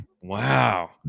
wow